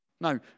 No